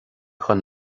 don